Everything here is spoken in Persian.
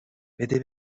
بده